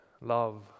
love